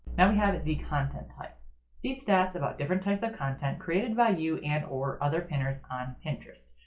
um have the content type see stats about different types of content created by you and or other pinners on pinterest.